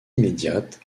immédiate